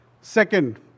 Second